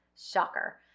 Shocker